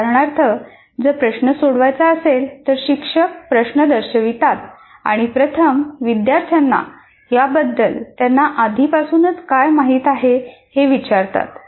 उदाहरणार्थ जर प्रश्न सोडवायचा असेल तर शिक्षक प्रश्न दर्शवतात आणि प्रथम विद्यार्थ्यांना याबद्दल त्यांना आधीपासूनच काय माहित आहे हे विचारतात